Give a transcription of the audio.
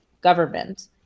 government